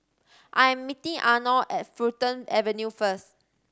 I am meeting Arno at Fulton Avenue first